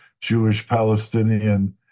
Jewish-Palestinian